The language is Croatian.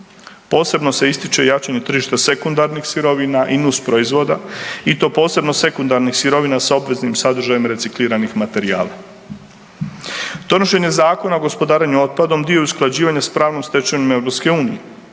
Posebno se ističe jačanje tržište sekundarnih sirovina i nus proizvoda i to posebno sekundarnih sirovina sa obveznim sadržajem recikliranih materijala. Donošenje Zakona o gospodarenju otpadom dio je usklađivanja s pravnom stečevinom EU